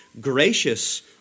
gracious